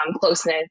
closeness